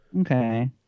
Okay